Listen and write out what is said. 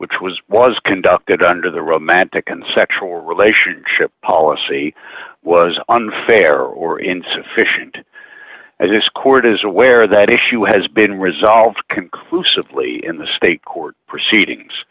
which was was conducted under the romantic and sexual relationship policy was unfair or insufficient as this court is aware that issue has been resolved conclusively in the state court